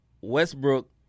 Westbrook